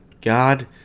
God